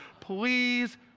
Please